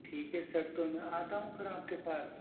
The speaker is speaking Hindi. ठीक है सर तो मैं आता हूँ फिर आप के पास